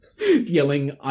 yelling